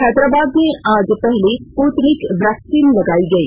हैदराबाद में आज पहली स्पूतनिक वैक्सीन लगाई गई